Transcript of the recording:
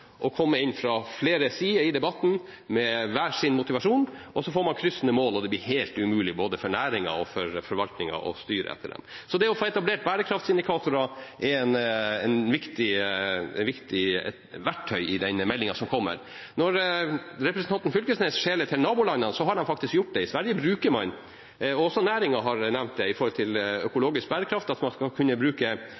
komme inn fra flere sider i debatten med hver sin motivasjon, og så får man kryssende mål og det blir helt umulig både for næringen og forvaltningen å styre etter det. Så det å få etablert bærekraftindikatorer er viktig verktøy i den meldingen som kommer. Når representanten Knag Fylkesnes skjeler til nabolandene, har de faktisk gjort noe i Sverige. Der bruker man – også næringen har nevnt det med tanke på økologisk bærekraft